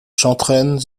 chantrenne